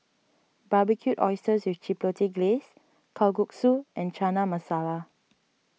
Barbecued Oysters with Chipotle Glaze Kalguksu and Chana Masala